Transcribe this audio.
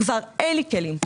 כבר אין לי כלים.